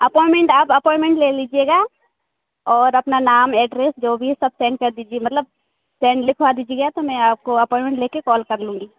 appointment आप appointment ले लीजिएगा और अपना नाम एड्रेस जो भी है सब सेंड कर दीजिए मतलब टैम लिखवा दीजिएगा तो मैं आपको अपॉइनमेंट लेकर कॉल कर लूँगी